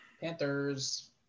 Panthers